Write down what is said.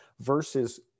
versus